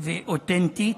דת,